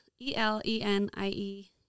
e-l-e-n-i-e